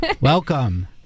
Welcome